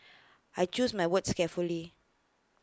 I choose my words carefully